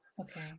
Okay